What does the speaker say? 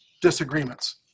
disagreements